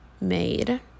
made